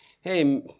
hey